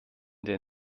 der